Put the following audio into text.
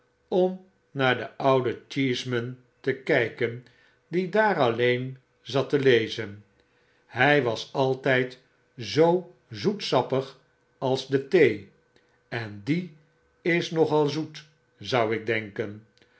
om naar den ouden cheeseman te kyken die daar alleen zat te lezen hy was altyd zoo zoetsappig als de thee en die is nogal zoet zou ik denken